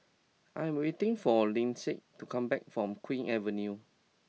I am waiting for Lyndsay to come back from Queen's Avenue